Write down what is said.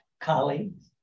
colleagues